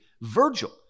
Virgil